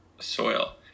soil